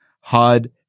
HUD